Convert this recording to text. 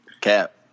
Cap